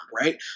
right